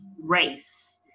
race